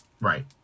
Right